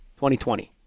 2020